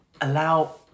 allow